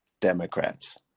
Democrats